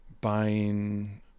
buying